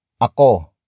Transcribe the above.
Ako